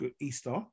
Easter